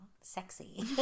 sexy